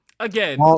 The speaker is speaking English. Again